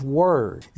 word